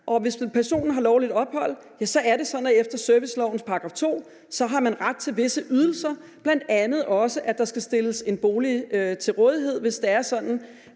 Og hvis personen har lovligt ophold, ja, så er det sådan, at man efter servicelovens § 2 har ret til visse ydelser, bl.a. skal der stilles en bolig til rådighed, hvis det er sådan,